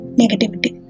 negativity